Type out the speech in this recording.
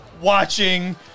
watching